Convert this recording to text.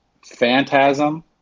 Phantasm